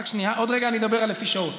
עוד רגע אני אדבר לפי שעות.